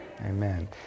Amen